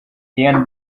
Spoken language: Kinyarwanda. ian